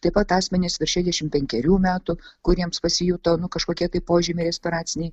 taip pat asmenys virš šešdešimt penkerių metų kuriems pasijuto nu kažkokie tai požymiai respiraciniai